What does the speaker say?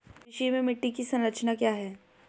कृषि में मिट्टी की संरचना क्या है?